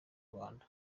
rwanda